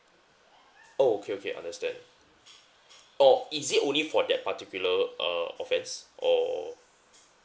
oh okay okay understand oh is it only for that particular uh offence or